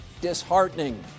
disheartening